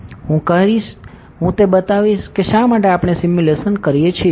હું કરીશ હું તે બતાવીશ કે શા માટે આપણે સિમ્યુલેશન કરીએ છીએ